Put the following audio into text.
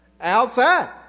outside